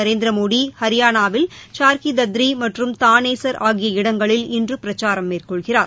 நரேந்திரமோடி ஹரியானாவில் சர்க்கி தத்திரி மற்றும் தானேசர் ஆகிய இடங்களில் இன்று பிரச்சாரம் மேற்கொள்கிறார்